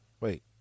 wait